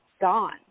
gone